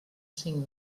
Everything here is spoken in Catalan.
cinc